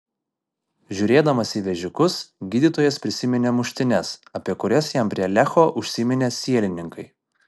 žiūrėdamas į vežikus gydytojas prisiminė muštynes apie kurias jam prie lecho užsiminė sielininkai